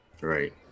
right